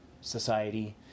society